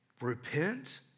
repent